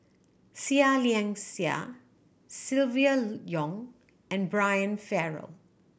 Seah Liang Seah Silvia Yong and Brian Farrell